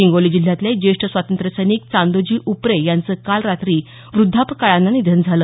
हिंगोली जिल्ह्यातले जेष्ठ स्वातंत्र्य सैनिक चांदोजी उपरे यांचं काल रात्री वद्धापकाळानं निधन झालं